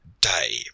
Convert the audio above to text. day